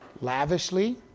lavishly